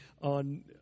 on